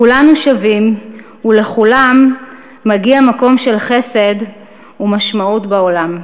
כולנו שווים ולכולם מגיע מקום של חסד ומשמעות בעולם.